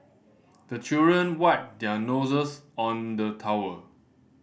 the children wipe their noses on the towel